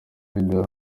video